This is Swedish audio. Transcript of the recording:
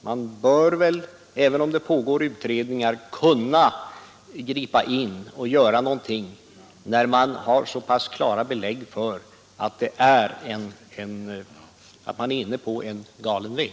Man bör väl, även om det pågår utredningar, kunna gripa in och göra någonting när man har så klara belägg för att man är inne på galen väg.